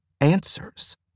answers